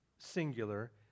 singular